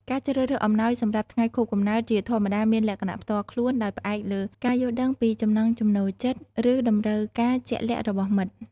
ការជ្រើសរើសអំណោយសម្រាប់ថ្ងៃខួបកំណើតជាធម្មតាមានលក្ខណៈផ្ទាល់ខ្លួន ដោយផ្អែកលើការយល់ដឹងពីចំណង់ចំណូលចិត្ត ឬតម្រូវការជាក់លាក់របស់មិត្ត។